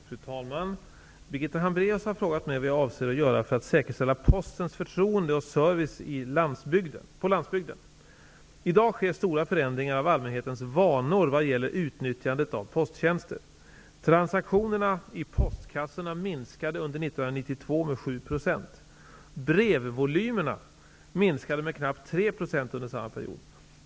Fru talman! Birgitta Hambraeus har frågat mig vad jag avser att göra för att säkerställa Postens förtroende och service på landsbygden. I dag sker stora förändringar av allmänhetens vanor vad beträffar utnyttjandet av posttjänster. 1992 med 7 %. Brevvolymerna minskade med knappt 3 % under samma period.